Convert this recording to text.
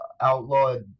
outlawed